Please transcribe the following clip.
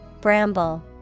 Bramble